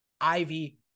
Ivy